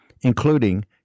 including